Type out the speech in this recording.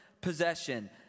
possession